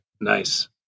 Nice